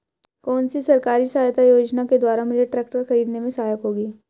कौनसी सरकारी सहायता योजना के द्वारा मुझे ट्रैक्टर खरीदने में सहायक होगी?